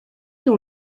dans